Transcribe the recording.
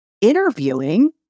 interviewing